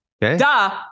Duh